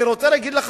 אני רוצה להגיד לך,